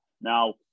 Now